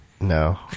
No